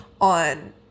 on